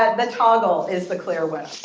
ah the toggle is the clear winner.